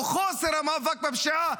או חוסר המאבק בפשיעה?